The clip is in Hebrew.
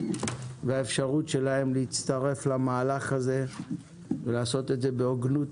והאפשרות שלהם להצטרף למהלך הזה ולעשות את זה בהוגנות